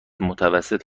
متوسط